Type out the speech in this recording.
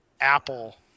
apple